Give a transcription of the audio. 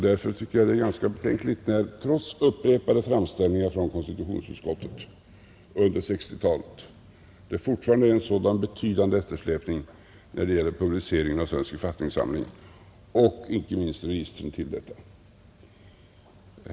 Därför tycker jag det är ganska betänkligt när det trots upprepade framställningar från konstitutionsutskottet under 1960-talet fortfarande är en sådan betydande eftersläpning i publiceringen av Svensk författningssamling och inte minst registren till denna.